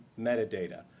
metadata